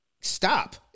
Stop